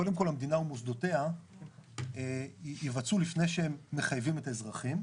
קודם כל המדינה ומוסדותיה יבצעו לפני שהם מחייבים את האזרחים,